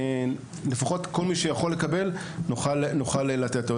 לפחות כל מי שיכול לקבל נוכל לתת לו.